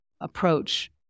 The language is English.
approach